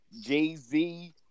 Jay-Z